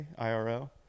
IRO